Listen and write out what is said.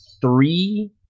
three